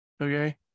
okay